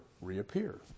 reappear